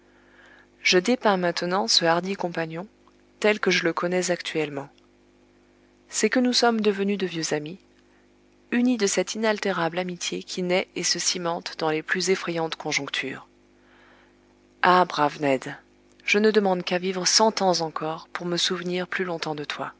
je dépeins maintenant ce hardi compagnon tel que je le connais actuellement c'est que nous sommes devenus de vieux amis unis de cette inaltérable amitié qui naît et se cimente dans les plus effrayantes conjonctures ah brave ned je ne demande qu'à vivre cent ans encore pour me souvenir plus longtemps de toi